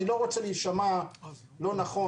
אני לא רוצה להישמע לא נכון,